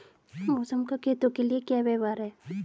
मौसम का खेतों के लिये क्या व्यवहार है?